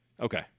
Okay